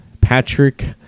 Patrick